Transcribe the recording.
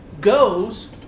goes